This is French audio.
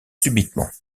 subitement